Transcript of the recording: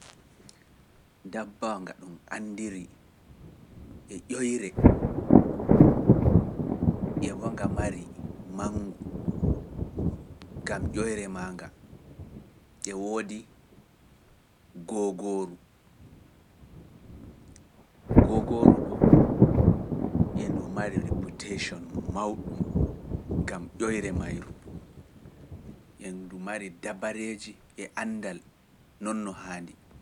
Ndabbawa nga ɗum anndiri e ƴoyre, e boo nga mari manngu ngam ƴoyre maanga, e woodi googooru, googooru ɗoo e ndu mari reputation mawɗum ngam ƴoyre maaru. E ndu mari dabareeje e anndal nonno haandi.